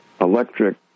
electric